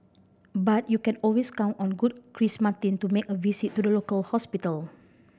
but you can always count on good Chris Martin to make a visit to the local hospital